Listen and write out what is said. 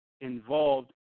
involved